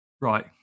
right